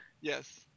Yes